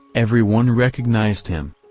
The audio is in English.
every one recognized him.